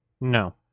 no